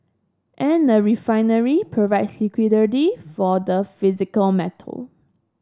and a refinery provides liquidity for the physical metal